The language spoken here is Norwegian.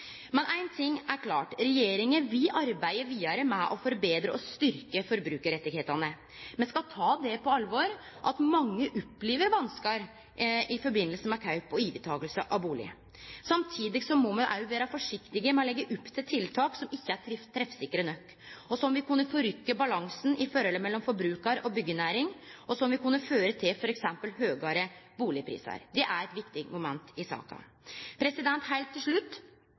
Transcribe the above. Men ein ting er klart: Regjeringa vil arbeide vidare med å forbetre og styrkje forbrukarrettane. Me skal ta det alvorleg at mange opplever vanskar i samband med kjøp og overtaking av bustad. Samtidig må me òg vere forsiktige med å leggje opp til tiltak som ikkje er treffsikre nok, og som vil kunne endre balansen i forholdet mellom forbrukar og byggjenæring, og som vil kunne føre til f.eks. høgare bustadprisar. Dette er eit viktig moment i saka. Heilt til slutt